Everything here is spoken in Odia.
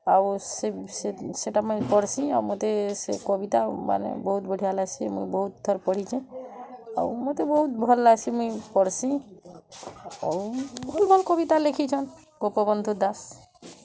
ଆଉ ସେଟା ମୁଇଁ ପଢ଼ସି ଆଉ ମୋତେ ସେ କବିତା ବହୁତ୍ ବଢ଼ିଆ ଲାଗସି ମୁଁଇ ବହୁତ୍ ଥର ପଢ଼ିଛେଁ ଆଉ ମୋତେ ବହୁତ୍ ଭଲ୍ ଲାଗସି ମୁଁଇ ପଢ଼ସି ଆଉ ଭଲ୍ ଭଲ୍ କବିତା ଲେଖିଚନ୍ ଗୋପବନ୍ଧୁ ଦାସ୍